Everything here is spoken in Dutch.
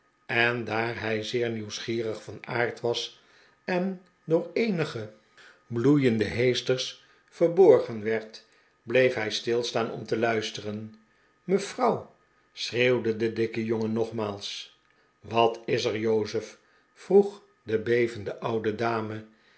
en daar hij zeer nieuwsgierig van aard was en door eenige bloeiende heesters verborgen werd bleef hij stilstaan om te luisteren m'frouw schreeuwde de dikke jongen nogmaals wat is er jozef vroeg de bevende oude dame